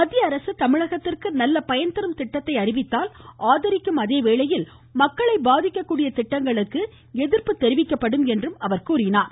மத்திய அரசு தமிழகத்திற்கு நல்ல பயன்தரும் திட்டத்தை அறிவித்தால் ஆதரிக்கும் அதேவேளையில் மக்களை பாதிக்கக்கூடிய திட்டங்களுக்கு எதிர்ப்பு தெரிவிக்கப்படும் என்றும் கூறினார்